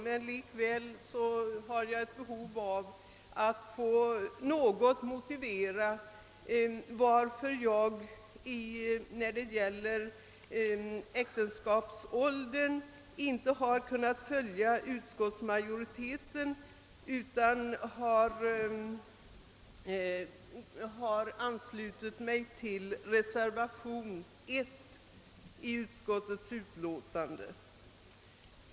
Jag har emellertid ett behov av att något få motivera varför jag beträffande äktenskapsåldern inte har kunnat följa ut skottsmajoriteten utan anslutit mig till reservationen 1.